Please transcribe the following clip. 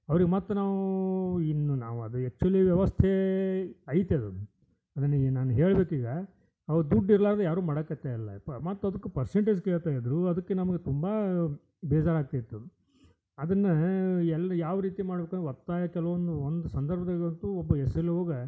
ಅವ್ರಿಗೆ ಮತ್ತು ನಾವೂ ಇನ್ನು ನಾವು ಅದು ಎಕ್ಚುಲಿ ವ್ಯವಸ್ಥೆ ಐತೆ ಅದು ಅದನ್ನೇ ನಾನು ಹೇಳ್ಬೇಕು ಈಗ ಅವ್ರು ದುಡ್ಡು ಇರಲಾರ್ದೆ ಯಾರೂ ಮಾಡೋಕೆ ತಯಾರಿಲ್ಲ ಇಲ್ಲಪ್ಪ ಮತ್ತು ಅದಕ್ಕೂ ಪರ್ಸಂಟೇಜ್ ಕೇಳ್ತಾ ಇದ್ರೂ ಅದಕ್ಕೆ ನಮಗೆ ತುಂಬ ಬೇಜಾರು ಆಗ್ತಾಯಿತ್ತು ಅದನ್ನಾ ಎಲ್ಲಿ ಯಾವ ರೀತಿ ಮಾಡ್ಬೇಕಂದರೆ ಒತ್ತಾಯ ಕೆಲ್ವೊಂದ್ ಒಂದು ಸಂದರ್ಭದಾಗ್ ಅಂತೂ ಒಬ್ಬ ಎಸ್ ಎಲ್ ಓ ಗೆ